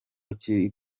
kiri